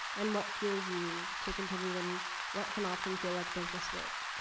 and what fuels you to continue in what can often feel like thankless work?